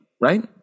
right